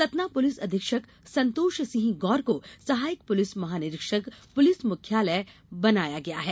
Satna police अधीक्षक संतोष सिंह गौर को सहायक पुलिस महानिरीक्षक पुलिस मुख्यालय बनाया गया है